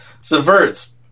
subverts